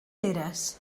eres